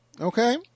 Okay